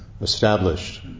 established